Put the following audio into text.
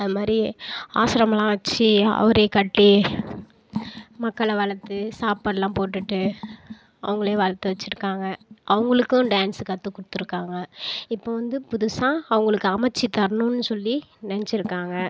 அது மாதிரி ஆஸ்ரமமெலாம் வச்சு அவரே கட்டி மக்களை வளர்த்து சாப்பாடெலாம் போட்டுவிட்டு அவர்களே வளர்த்து வச்சுருக்காங்க அவர்களுக்கும் டான்ஸ் கற்றுக் கொடுத்துருக்காங்க இப்போ வந்து புதுசாக அவர்களுக்கு அமைச்சி தரணுன்னு சொல்லி நினைச்சிருக்காங்க